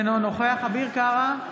אינו נוכח אביר קארה,